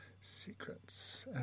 secrets